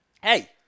Hey